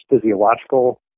physiological